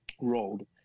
rolled